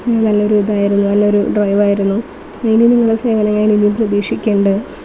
നല്ലൊരു ഇതായിരുന്നു നല്ലൊരു ഡ്രൈവ് ആയിരുന്നു ഇനി നിങ്ങളുടെ സേവനം ഞാൻ ഇനിയും പ്രതീക്ഷിക്കുന്നുണ്ട്